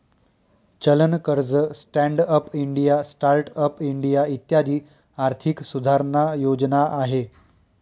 चलन कर्ज, stand up India, start up India इत्यादी आर्थिक सुधारणा योजना आहे